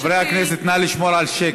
שתי"ל,